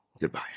Goodbye